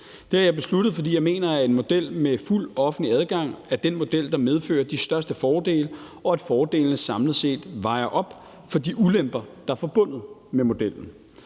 Det har jeg besluttet, fordi jeg mener, at en model med fuld offentlig adgang er den model, der medfører de største fordele, og at fordelene samlet set vejer op for de ulemper, der er forbundet med modellen.